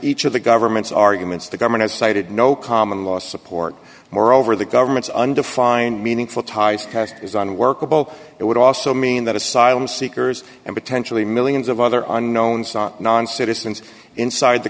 each of the government's arguments the government has cited no common law support moreover the government's undefined meaningful ties cast is unworkable it would also mean that asylum seekers and potentially millions of other unknown non citizens inside the